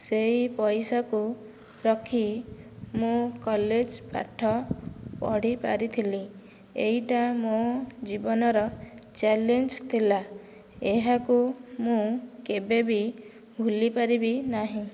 ସେହି ପଇସାକୁ ରଖି ମୁଁ କଲେଜ ପାଠ ପଢ଼ି ପାରିଥିଲି ଏଇଟା ମୋ ଜୀବନର ଚ୍ୟାଲେଞ୍ଜ ଥିଲା ଏହାକୁ ମୁଁ କେବେ ବି ଭୁଲି ପାରିବି ନାହିଁ